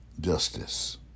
justice